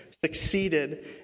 succeeded